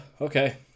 okay